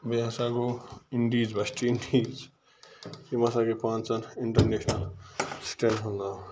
بیٚیہِ ہسا گوٚو اِنڈیٖز ویٚسٹ اِنڈیٖز یِم ہَسا گٔے پانٛژَن اِنٹَرنیشنَل سٹیٹَن ہُنٛد ناو